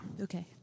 Okay